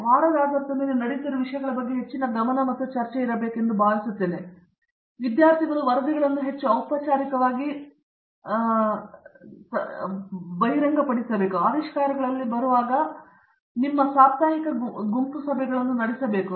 ನಿರ್ಮಲ ಒಳ್ಳೆಯದು ಮತ್ತು ವಾರದ ಆಧಾರದ ಮೇಲೆ ನಡೆಯುತ್ತಿರುವ ವಿಷಯಗಳ ಬಗ್ಗೆ ಹೆಚ್ಚಿನ ಗಮನ ಮತ್ತು ಚರ್ಚೆಯಿರಬಹುದು ಎಂದು ನಾನು ಭಾವಿಸುತ್ತೇನೆ ವಿದ್ಯಾರ್ಥಿಗಳು ವರದಿಗಳನ್ನು ಹೆಚ್ಚು ಔಪಚಾರಿಕವಾಗಿ ತನ್ನ ಆವಿಷ್ಕಾರಗಳಲ್ಲಿ ಬರುವಾಗ ನೀವು ಸಾಪ್ತಾಹಿಕ ಗುಂಪು ಸಭೆಗಳನ್ನು ನಡೆಸಬಹುದು